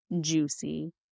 juicy